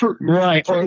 Right